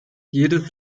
jedes